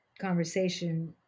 conversation